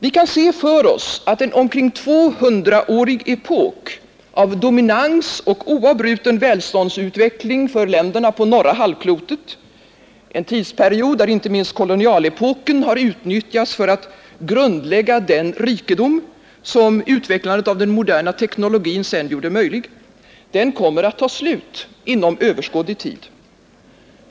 Vi kan se framför oss att en omkring 200-årig epok av dominans och oavbruten välståndsutveckling för länderna på norra halvklotet, en tidsperiod där inte minst kolonialepokerna har utnyttjats till att grundlägga den rikedom som utvecklandet av den moderna teknologin sedan gjorde möjlig, den kommer att ta slut inom överskådlig tid.